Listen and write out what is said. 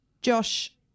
Josh